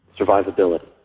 survivability